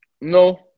No